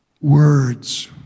Words